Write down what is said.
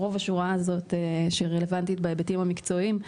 רוב השורה הזאת שרלבנטית בהיבטים המקצועיים,